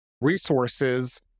resources